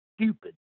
stupid